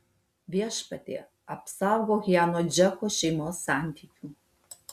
viešpatie apsaugok ją nuo džeko šeimos santykių